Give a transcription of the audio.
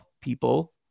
people